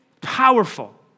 Powerful